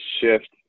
shift